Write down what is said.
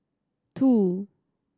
two